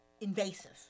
invasive